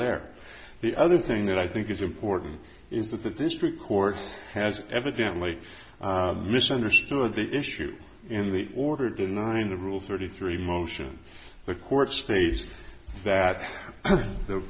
there the other thing that i think is important is that the district court has evidently misunderstood the issue in the order denying the rule thirty three motion the court states that the